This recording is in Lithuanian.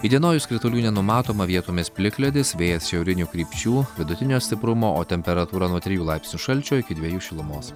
įdienojus kritulių nenumatoma vietomis plikledis vėjas šiaurinių krypčių vidutinio stiprumo o temperatūra nuo trijų laipsnių šalčio iki dviejų šilumos